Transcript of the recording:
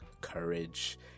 courage